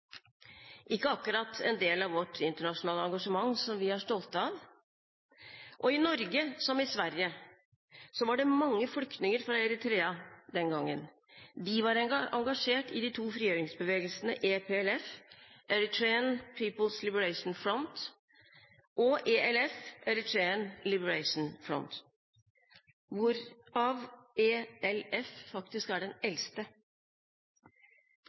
ikke akkurat en del av vårt internasjonale engasjement som vi er stolte av. I Norge, som i Sverige, var det mange flyktninger fra Eritrea den gangen. De var engasjert i de to frigjøringsbevegelsene EPLF, Eritrean Peoples' Liberation Front, og ELF, Eritrean Liberation Front, hvorav ELF faktisk er den eldste.